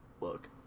look